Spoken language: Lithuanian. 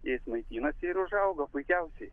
jais maitinasi ir užauga puikiausiai